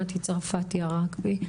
מטי צרפתי הרכבי,